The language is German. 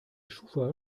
schufa